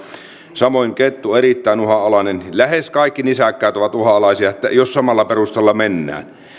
samoin kettu erittäin uhanalainen lähes kaikki nisäkkäät ovat uhanalaisia jos samalla perusteella mennään